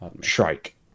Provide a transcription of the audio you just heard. Shrike